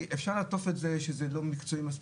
אפשר לעטוף את זה שזה לא מקצועי מספיק,